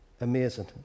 Amazing